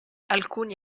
alcuni